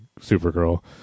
Supergirl